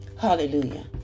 Hallelujah